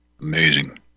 Amazing